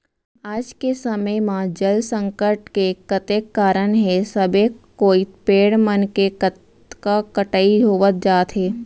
आज के समे म जल संकट के कतेक कारन हे सबे कोइत पेड़ मन के कतका कटई होवत जात हे